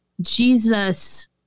Jesus